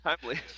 timely